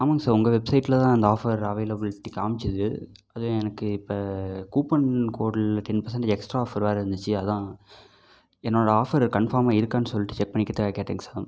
ஆமாங்க சார் உங்கள் வெப்சைட்டில் தான் அந்த ஆஃபர் அவைலபிலிட்டி காமிச்சிது அது எனக்கு இப்போ கூப்பன் கோட்டில் டென் பெர்சென்டேஜ் எக்ஸ்ட்ரா ஆஃபர் வேறு இருந்துச்சி அதுதான் என்னோடய ஆஃபரு கன்ஃபார்மாக இருக்கானு சொல்லிகிட்டு செக் பண்ணிக்கிறதுக்காக கேட்டேங்க சார்